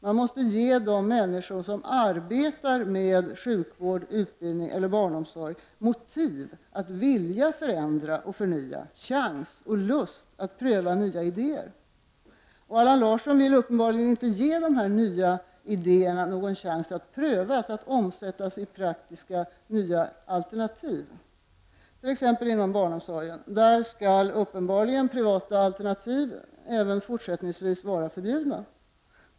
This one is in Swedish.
Man måste ge de människor som arbetar med sjukvård, utbildning och barnomsorg motiv att vilja förändra och förnya, så att de får chans och lust att pröva nya idéer. Allan Larsson vill uppenbarligen inte ge dessa nya idéer någon chans att prövas och omsättas i praktiska och nya alternativ. Inom t.ex. barnomsorgen skall privata alternativ uppenbarligen även fortsättningsvis vara förbjudna.